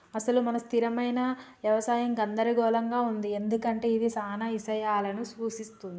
అసలు మన స్థిరమైన యవసాయం గందరగోళంగా ఉంది ఎందుకంటే ఇది చానా ఇషయాలను సూఛిస్తుంది